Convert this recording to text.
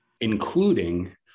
including